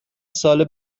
سال